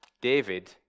David